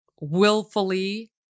willfully